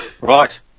Right